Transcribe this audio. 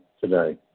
Today